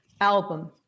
album